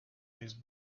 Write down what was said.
these